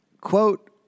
Quote